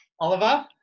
Oliver